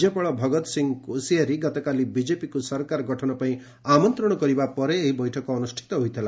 ରାଜ୍ୟପାଳ ଭଗତ୍ ସିଂ କୋଶିଆରି ଗତକାଲି ବିକେପିକୁ ସରକାର ଗଠନପାଇଁ ଆମନ୍ତ୍ରଣ କରିବା ପରେ ଏହି ବୈଠକ ଅନୁଷ୍ଠିତ ହୋଇଥିଲା